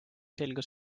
selga